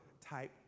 type